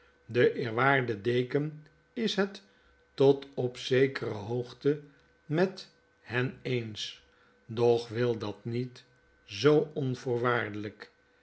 de eerwaarde deken is het tot op zekere hoogte met hen eens doch wil dat niet zoo onvoorwaardeliik